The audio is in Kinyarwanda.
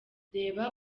reba